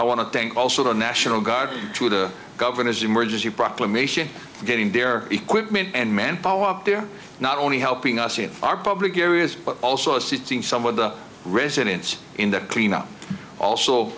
i want to thank also the national guard to the governor's emergency proclamation getting their equipment and manpower up there not only helping us in our public areas but also assisting some of the residents in the cleanup also